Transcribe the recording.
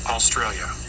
Australia